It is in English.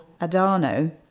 Adano